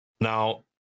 now